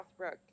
Southbrook